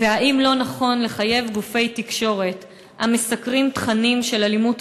האם לא נכון לחייב גופי תקשורת המסקרים תכנים של אלימות